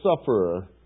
sufferer